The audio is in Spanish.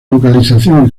localización